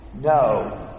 No